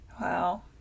Wow